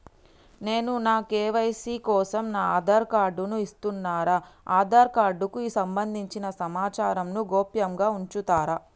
నేను నా కే.వై.సీ కోసం నా ఆధార్ కార్డు ను ఇస్తున్నా నా ఆధార్ కార్డుకు సంబంధించిన సమాచారంను గోప్యంగా ఉంచుతరా?